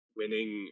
winning